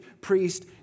priest